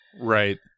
Right